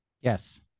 Yes